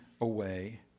away